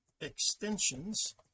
extensions